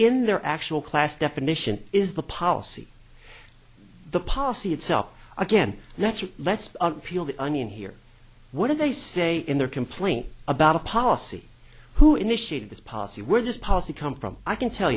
in their actual class definition is the policy the policy itself again that's let's peel the onion here what do they say in their complaint about a policy who initiated this policy where this policy come from i can tell